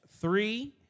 three